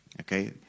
Okay